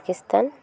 Pakistan